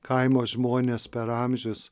kaimo žmonės per amžius